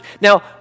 Now